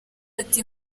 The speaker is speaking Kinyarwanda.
ati